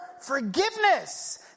forgiveness